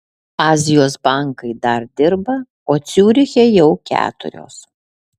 azijos bankai dar dirba o ciuriche jau keturios